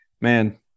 man